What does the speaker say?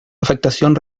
afectación